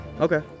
Okay